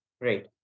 Right